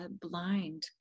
blind